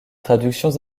traductions